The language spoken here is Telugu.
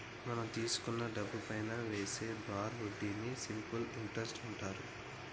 మనం తీసుకున్న డబ్బుపైనా వేసే బారు వడ్డీని సింపుల్ ఇంటరెస్ట్ అంటారు